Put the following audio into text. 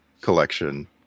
collection